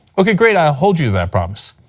okay great, i'll hold you to that promise.